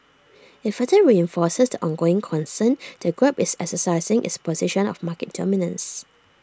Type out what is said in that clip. IT further reinforces the ongoing concern that grab is exercising its position of market dominance